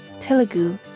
Telugu